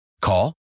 Call